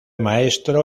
maestro